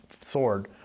sword